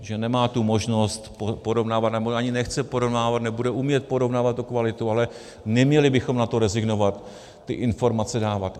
Že nemá možnost porovnávat, nebo ani nechce porovnávat, nebude umět porovnávat tu kvalitu, ale neměli bychom rezignovat na to ty informace dávat.